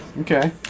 Okay